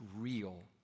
real